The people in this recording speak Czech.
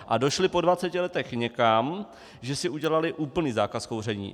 A došli po 20 letech někam, že si udělali úplný zákaz kouření.